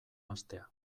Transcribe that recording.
hastea